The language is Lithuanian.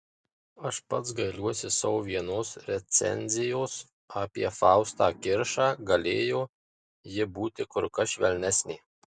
aš pats gailiuosi savo vienos recenzijos apie faustą kiršą galėjo ji būti kur kas švelnesnė